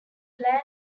plan